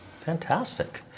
Fantastic